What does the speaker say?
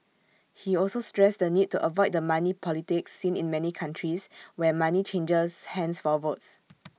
he also stressed the need to avoid the money politics seen in many countries where money changes hands for votes